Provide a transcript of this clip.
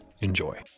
enjoy